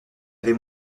avait